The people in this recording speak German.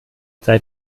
seid